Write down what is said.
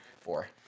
Four